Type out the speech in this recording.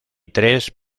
tres